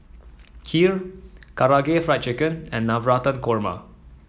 Kheer Karaage Fried Chicken and Navratan Korma